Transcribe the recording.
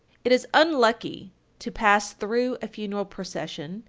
it is unlucky to pass through a funeral procession,